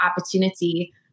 opportunity